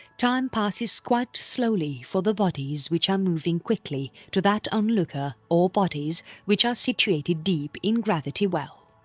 time passes quite slowly for the bodies which are moving quickly to that onlooker or bodies which are situated deep in gravity well.